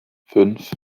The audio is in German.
fünf